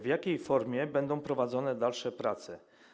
W jakiej formie będą prowadzone dalsze prace?